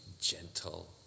gentle